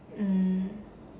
mm